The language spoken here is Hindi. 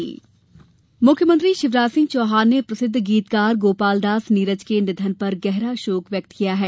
निघन मुख्यमंत्री शिवराज सिंह चौहान ने प्रसिद्ध गीतकार गोपालदास नीरज के निधन पर गहरा शोक व्यक्त किया है